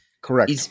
Correct